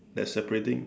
that is separating